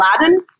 Aladdin